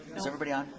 is everybody on?